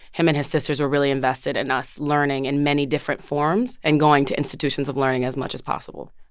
him and his sisters were really invested in us learning in many different forms and going to institutions of learning as much as possible.